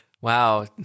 wow